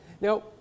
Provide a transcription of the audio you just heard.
Now